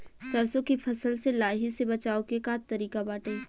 सरसो के फसल से लाही से बचाव के का तरीका बाटे?